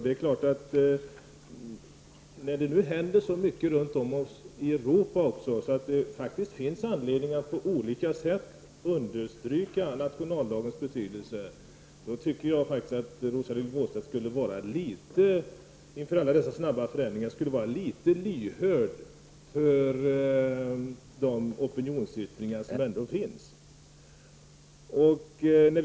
Det händer ju väldigt mycket runt om i Europa, och därför finns det anledning att på olika sätt understryka nationaldagens betydelse. Mot den bakgrunden tycker jag att Rosa-Lill Wåhlstedt borde vara lyhörd, åtminstone i någon mån, inför de opinionsyttringar som ändå förekommer.